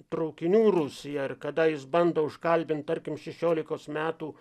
traukinių rusiją ir kada jis bando užkalbint tarkim šešiolikos metų